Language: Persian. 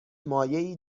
مایعی